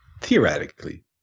Theoretically